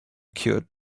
cured